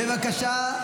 בבקשה,